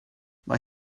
mae